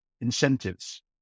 incentives